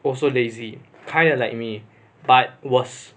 also lazy kinda like me but worse